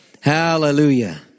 Hallelujah